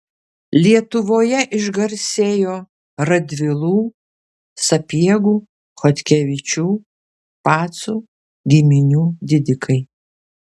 lietuvoje išgarsėjo radvilų sapiegų chodkevičių pacų giminių didikai